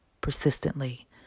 persistently